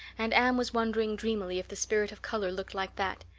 and anne was wondering dreamily if the spirit of color looked like that,